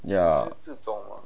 ya